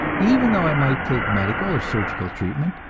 even though i might take medical or surgical treatment,